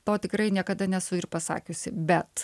to tikrai niekada nesu ir pasakiusi bet